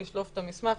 לשלוף את המסמך,